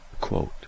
Quote